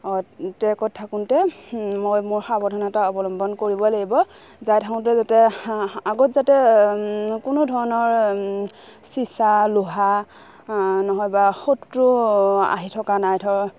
অঁ ট্ৰেকত থাকোঁতে মই মোৰ সাৱধানতা অৱলম্বন কৰিব লাগিব যাই থাকোঁতে যাতে আগত যাতে কোনো ধৰণৰ চিচা লোহা নহয় বা শত্ৰু আহি থকা নাই ধৰ